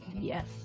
yes